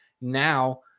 Now